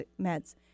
meds